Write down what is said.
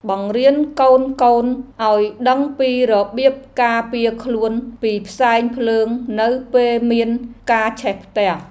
បង្រៀនកូនៗឱ្យដឹងពីរបៀបការពារខ្លួនពីផ្សែងភ្លើងនៅពេលមានការឆេះផ្ទះ។